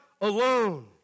alone